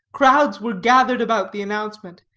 crowds were gathered about the announcement,